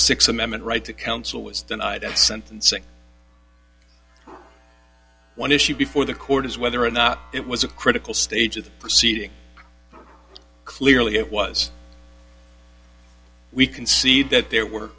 six amendment right to counsel was denied at sentencing one issue before the court is whether or not it was a critical stage of the proceeding clearly it was we can see that there were